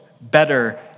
better